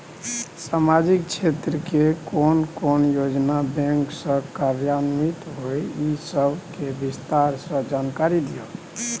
सामाजिक क्षेत्र के कोन कोन योजना बैंक स कार्यान्वित होय इ सब के विस्तार स जानकारी दिय?